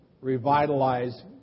revitalize